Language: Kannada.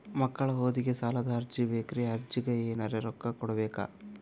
ಮಕ್ಕಳ ಓದಿಗಿ ಸಾಲದ ಅರ್ಜಿ ಬೇಕ್ರಿ ಅರ್ಜಿಗ ಎನರೆ ರೊಕ್ಕ ಕೊಡಬೇಕಾ?